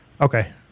Okay